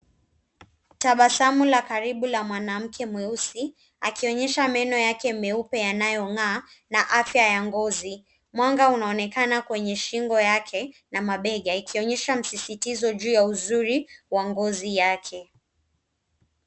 Tabasamu la karibu la mwanamke mweusi, akionyesha meno yake meupe yanayong'aa na afya ya ngozi. Mwanga unaonekana kwenye shingo yake na mabega. Ikionyesha msisitizo juu ya uzuri wa ngozi yake.